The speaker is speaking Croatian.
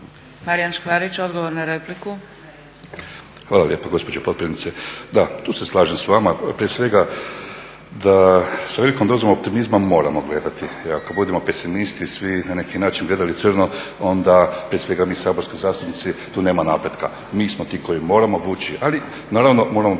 **Škvarić, Marijan (HNS)** Hvala lijepa gospođo potpredsjednice. Da, tu se slažem s vama, prije svega da sa velikom dozom optimizma moramo gledati jer ako budemo pesimisti, svi na neki način gledali crno onda prije svega mi saborski zastupnici, tu nema napretka. Mi smo ti koji morao vući ali naravno moramo biti